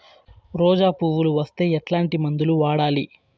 రోజా పువ్వులు వస్తే ఎట్లాంటి మందులు వాడాలి?